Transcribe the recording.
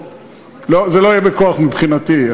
זה לא יהיה בכוח מבחינתי.